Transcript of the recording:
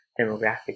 demographic